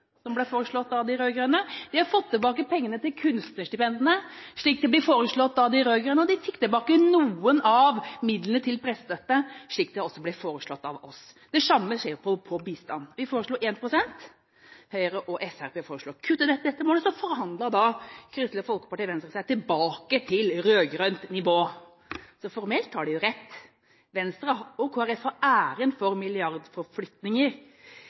som ble foreslått av de rød-grønne, de har fått tilbake pengene til kunstnerstipendene, slik det ble foreslått av de rød-grønne, og de fikk tilbake noen av midlene til pressestøtte, slik det også ble foreslått av oss. Det samme skjer på bistand – vi foreslo 1 pst., Høyre og Fremskrittspartiet foreslo å kutte dette målet, så forhandlet Kristelig Folkeparti og Venstre seg tilbake til rød-grønt nivå. Formelt har de jo rett – Venstre og Kristelig Folkeparti har æren for